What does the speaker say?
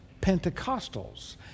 Pentecostals